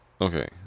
Okay